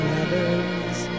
others